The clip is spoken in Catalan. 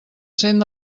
cent